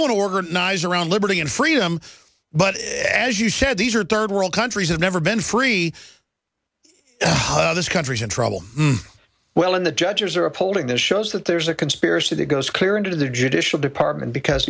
want to organize around liberty and freedom but as you said these are third world countries have never been free this country's in trouble well in the judges or a polling that shows that there's a conspiracy that goes clear into the judicial department because